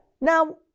now